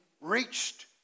reached